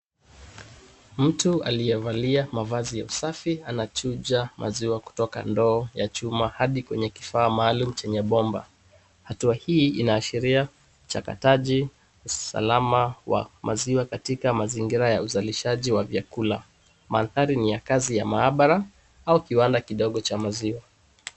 Mtu aliyevalia mavazi ya usafi anachuja maziwa kutoka ndoo ya chuma hadi kwenye kifaa maalum chenye bomba. Hatua hii inaashiria chakataji usalama wa maziwa katika mazingira ya uzalishaji wa vyakula. Mandhari ni ya kazi ya mahabara au kiwanda kidogo cha maziwa.